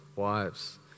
Wives